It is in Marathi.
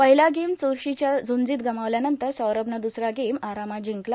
पहिला गेम चुरशीच्या झ्रंजीत गमावल्यानंतर सौरभनं दुसरा गेम आरामात जिंकला